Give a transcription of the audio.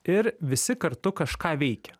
ir visi kartu kažką veikia